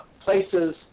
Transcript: places